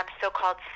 so-called